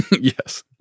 Yes